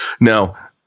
Now